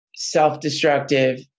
self-destructive